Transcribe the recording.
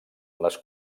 les